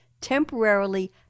temporarily